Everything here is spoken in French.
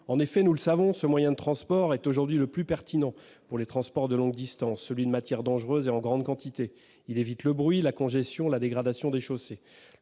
En effet, comme nous le savons, ce moyen de transport est aujourd'hui le plus pertinent pour des transports de longue distance : celui de matières dangereuses et en grande quantité. Il évite le bruit, la congestion et la dégradation des chaussées.